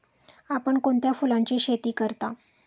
आपण कोणत्या फुलांची शेती करता?